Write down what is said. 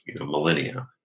millennia